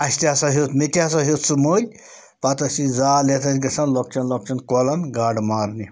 اَسہِ تہِ ہَسا ہیوٚت مےٚ تہِ ہَسا ہیوٚت سُہ مٔلۍ پَتہٕ ٲسۍ یہِ زال ہٮ۪تھ ٲسۍ گژھان لۄکچَن لۄکچَن کۄلَن گاڈٕ مارنہِ